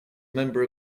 member